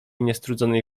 niestrudzonej